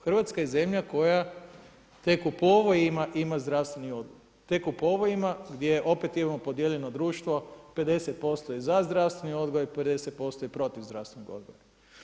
Hrvatska je zemlja koja tek u povojima ima zdravstveni odgoj, tek u povojima gdje opet imamo podijeljeno društvo 50% je za zdravstveni odgoj, 50% je protiv zdravstvenog odgoja.